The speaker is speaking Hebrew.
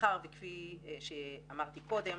מאחר וכפי שאמרתי קודם,